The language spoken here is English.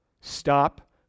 Stop